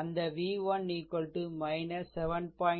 அந்த v1 7